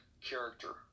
character